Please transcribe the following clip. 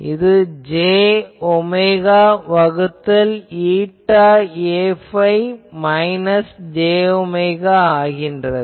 இது j omega வகுத்தல் η Aϕ minus j ஒமேகா Fθ ஆகும்